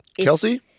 Kelsey